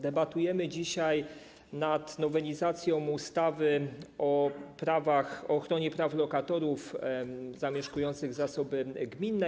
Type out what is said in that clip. Debatujemy dzisiaj nad nowelizacją ustawy o ochronie praw lokatorów zamieszkujących zasoby gminne.